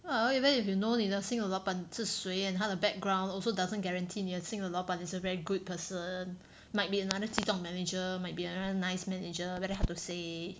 well even if you know 你的新的老板是谁 and 他的 background also doesn't guarantee 你的新的老板 is a very good person might be another 激动 manager might be another nice manager very hard to say